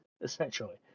Essentially